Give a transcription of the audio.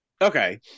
Okay